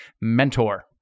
mentor